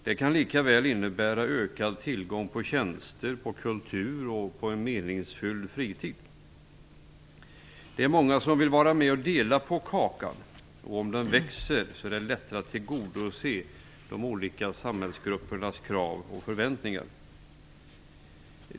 Det kan lika väl innebära ökad tillgång på tjänster, kultur och meningsfull fritid. Det är många som vill vara med och dela på kakan, och om den växer blir det lättare att tillgodose de olika samhällsgruppernas krav och förväntningar.